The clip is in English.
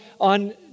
on